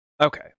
Okay